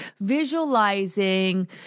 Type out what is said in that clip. visualizing